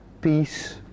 peace